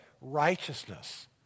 righteousness